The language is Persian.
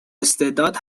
استعداد